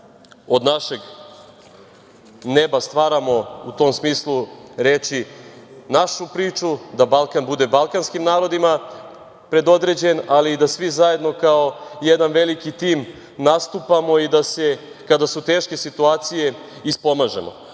od našeg neba stvaramo u tom smislu reči, našu priču, da Balkan bude balkanskim narodima predodređen, ali i da svi zajedno kao jedan veliki tim nastupamo i da se kada su teške situacije ispomažemo.